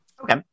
Okay